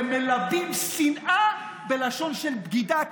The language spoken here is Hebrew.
ומלבים שנאה בלשון של בגידה,